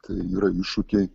tai yra iššūkiai